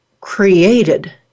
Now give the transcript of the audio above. created